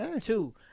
Two